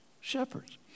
shepherds